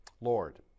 Lord